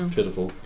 Pitiful